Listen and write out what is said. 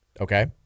Okay